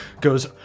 goes